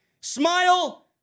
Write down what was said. Smile